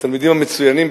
התלמידים המצוינים,